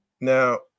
Now